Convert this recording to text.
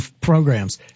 programs